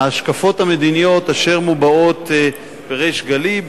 ההשקפות המדיניות אשר מובעות בריש גלי,